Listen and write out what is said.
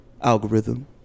Algorithm